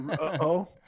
Uh-oh